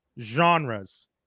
genres